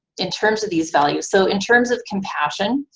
in terms of these values so, in terms of compassion,